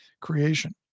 creation